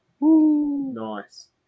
Nice